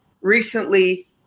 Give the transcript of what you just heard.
recently